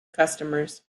customers